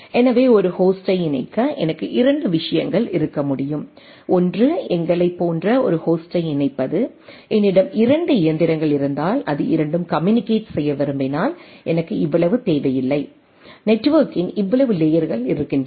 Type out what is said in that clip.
எனவே ஒரு ஹோஸ்டை இணைக்க எனக்கு 2 விஷயங்கள் இருக்க முடியும் ஒன்று எங்களைப் போன்ற ஒரு ஹோஸ்டை இணைப்பது என்னிடம் இரண்டு இயந்திரங்கள் இருந்தால் அது இரண்டும் கம்யூனிகேட் செய்ய விரும்பினால் எனக்கு இவ்வளவு தேவையில்லை நெட்வொர்க்கின் இவ்வளவு லேயர்கள் இருக்கின்றன